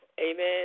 amen